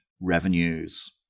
revenues